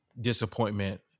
disappointment